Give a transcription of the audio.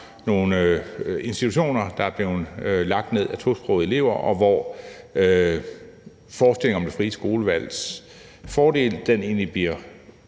nogle institutioner, der er blevet lagt ned af tosprogede elever, så forestillingen om fordelen ved det frie skolevalg egentlig bliver